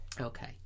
Okay